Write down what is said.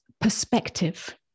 perspective